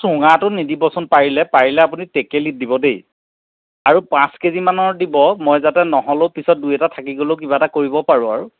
চুঙাটোত নিদিবচোন পাৰিলে পাৰিলে আপুনি টেকেলিত দিব দেই আৰু পাঁচ কে জিমানৰ দিব মই যাতে নহ'লও পিছত দুই এটা থাকি গ'লেও কিবা এটা কৰিব পাৰোঁ আৰু